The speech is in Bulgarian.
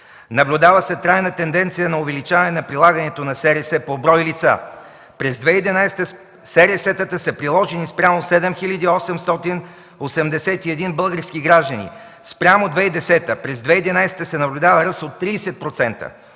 Наблюдава се трайна тенденция на увеличаване на прилагането на СРС по брой лица. През 2011 г. сересетата са приложени спрямо 7881 български граждани. Спрямо 2010 г., през 2011 г. се наблюдава ръст от 30%.